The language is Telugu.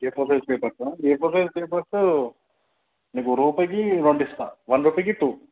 ఏ ఫోర్ సైజ్ పేపర్సా ఏ ఫోర్ సైజ్ పేపర్సు నీకు రూపాయికి రెండు ఇస్తా వన్ రూపీకి టూ